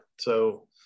So-